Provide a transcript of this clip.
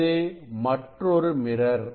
இது மற்றொரு மிரர்